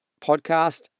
podcast